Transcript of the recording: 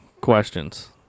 questions